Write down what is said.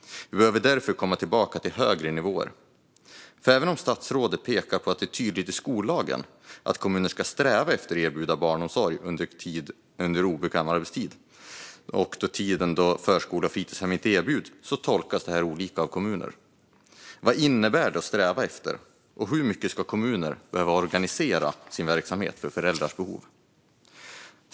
Vi behöver därför komma tillbaka till högre nivåer. Även om statsrådet pekar på att det är tydligt i skollagen att kommuner ska sträva efter att erbjuda omsorg under obekväm arbetstid, då förskola eller fritidshem inte erbjuds, tolkas detta olika av kommuner. Vad innebär det att sträva efter detta, och hur mycket ska kommuner behöva organisera sin verksamhet för föräldrars behov?